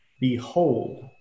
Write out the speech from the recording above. Behold